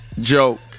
joke